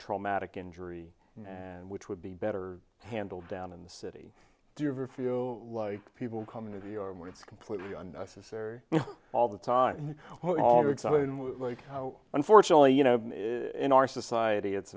traumatic injury and which would be better handled down in the city do you ever feel like people coming to you when it's completely unnecessary all the time and all excited and unfortunately you know in our society it's